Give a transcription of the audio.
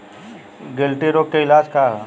गिल्टी रोग के इलाज का ह?